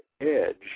edge